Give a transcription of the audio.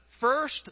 first